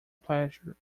pleasure